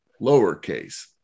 lowercase